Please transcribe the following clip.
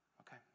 Okay